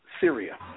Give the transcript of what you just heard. Syria